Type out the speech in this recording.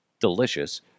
delicious